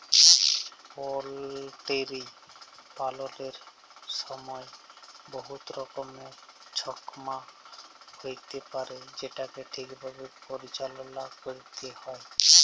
poultry পাললের ছময় বহুত রকমের ছমচ্যা হ্যইতে পারে যেটকে ঠিকভাবে পরিচাললা ক্যইরতে হ্যয়